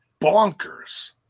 bonkers